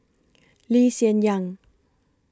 Lee Hsien Yang